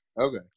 Okay